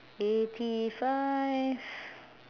eighty five